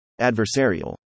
Adversarial